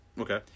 Okay